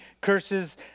curses